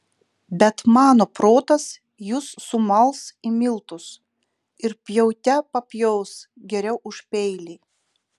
bet mano protas jus sumals į miltus ir pjaute papjaus geriau už peilį